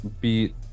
beat